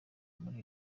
muri